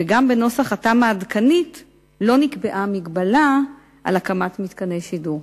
וגם בנושא התמ"א העדכנית לא נקבעה מגבלה על הקמת מתקני שידור.